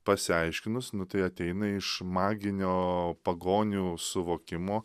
pasiaiškinus nu tai ateina iš maginio pagonių suvokimo